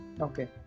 Okay